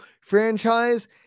franchise